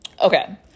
Okay